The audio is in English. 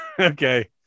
okay